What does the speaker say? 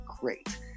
great